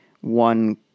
one